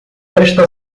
está